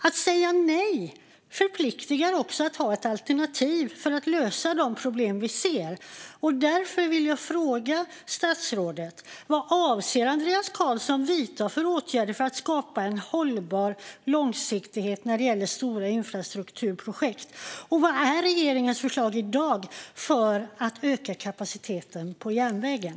Att säga nej förpliktar också till att ha ett alternativ för att lösa de problem vi ser, och därför vill jag fråga statsrådet: Vad avser Andreas Carlson att vidta för åtgärder för att skapa en hållbar långsiktighet när det gäller stora infrastrukturprojekt, och vad är regeringens förslag i dag för att öka kapaciteten på järnvägen?